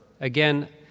Again